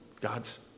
God's